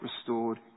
restored